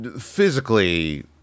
physically